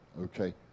Okay